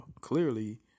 Clearly